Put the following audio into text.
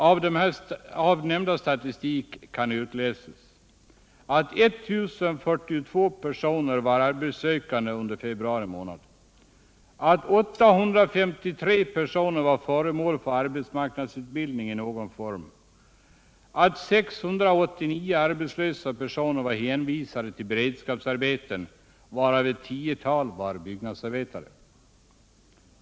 Av nämnda statistik kan utläsas att I 042 personer var arbetssökande under februari månad, att 853 personer var föremål för arbetsmarknadsutbildning i någon form samt att 689 arbetslösa personer var hänvisade till beredskapsarbeten, varav ett tiotal var byggnadsarbetare.